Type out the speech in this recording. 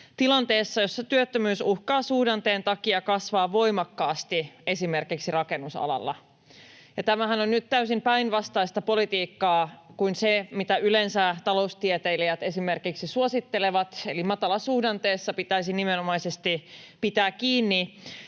tilanteessa, jossa työttömyys uhkaa suhdanteen takia kasvaa voimakkaasti, esimerkiksi rakennusalalla. Ja tämähän on nyt täysin päinvastaista politiikkaa kuin se, mitä yleensä esimerkiksi taloustieteilijät suosittelevat, eli matalasuhdanteessa pitäisi nimenomaisesti pitää kiinni